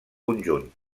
conjunt